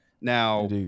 Now